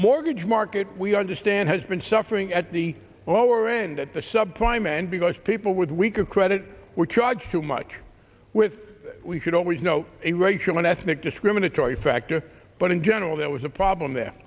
mortgage market we understand has been suffering at the lower end at the sub prime end because people with weaker credit were charged too much with we should always know a racial and ethnic discriminatory factor but in general there was a problem there